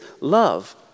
love